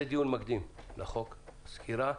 זה דיון מקדים לחוק, סקירה.